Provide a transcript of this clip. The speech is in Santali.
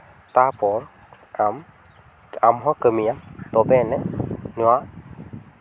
ᱛᱟᱨᱯᱚᱨ ᱟᱢ ᱟᱢᱦᱚᱸ ᱠᱟᱹᱢᱤᱭᱟ ᱛᱚᱵᱮ ᱟᱹᱱᱤᱡ ᱱᱚᱣᱟ